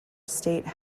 state